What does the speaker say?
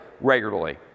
regularly